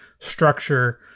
structure